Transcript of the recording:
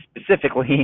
specifically